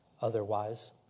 otherwise